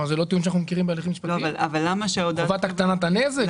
זה לא טיעון שאנחנו מכירים בהליכים משפטיים לטובת הקטנת הנזק?